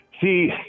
See